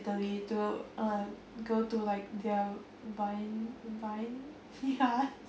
italy to uh go to like their vine vine yards